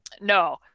no